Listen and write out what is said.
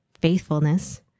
faithfulness